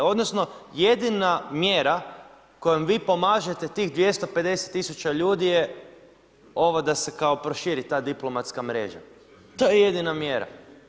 Odnosno jedina mjera kojom vi pomažete tih 250 tisuća ljudi je ovo da se kao proširi ta diplomatska mreža, to je jedina mjera.